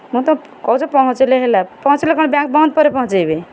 ମୁଁ ତ କହୁଛି ପହଞ୍ଚିଲେ ହେଲା ପହଞ୍ଚିଲା କ'ଣ ବ୍ୟାଙ୍କ୍ ବନ୍ଦ ପରେ ପହଞ୍ଚାଇବେ